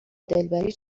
دلبری